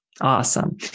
Awesome